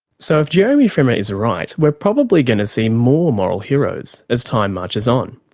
so if jeremy frimer is right, we're probably going to see more moral heroes as time marches on.